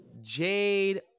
Jade